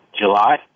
July